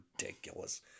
ridiculous